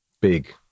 big